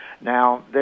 Now